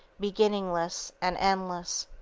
beginningless and endless.